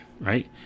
right